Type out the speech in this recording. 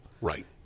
Right